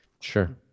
Sure